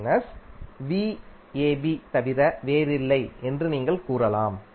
minus தவிர வேறில்லைஎன்று நீங்கள் கூறலாம்